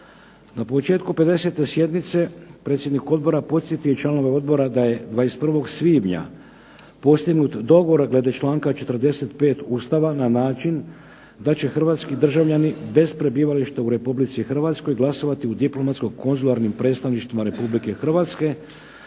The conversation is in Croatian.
Na početku 50. sjednice predsjednik odbora podsjetio je članove odbora da je 21. svibnja postignut dogovor glede članka 45. Ustava na način da će hrvatski državljani bez prebivališta u Republici Hrvatskoj glasovati u diplomatsko konzularnim predstavništvima Republike Hrvatske